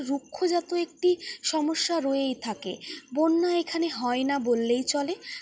রুক্ষজাত একটি সমস্যা রয়েই থাকে বন্যা এখানে হয় না বললেই চলে